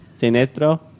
Sinestro